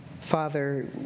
Father